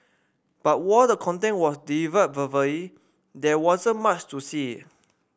but while the content was delivered verbally there wasn't much to see